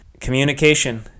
communication